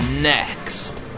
NEXT